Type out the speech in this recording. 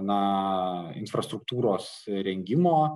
na infrastruktūros įrengimo